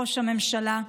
ראש הממשלה,